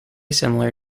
similar